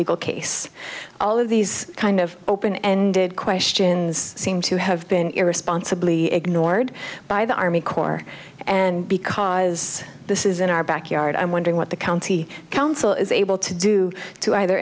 legal case all of these kind of open ended questions seem to have been irresponsible ignored by the army corps and because this is in our backyard i'm wondering what the county council is able to do to either